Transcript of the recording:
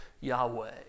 Yahweh